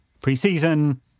pre-season